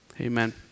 amen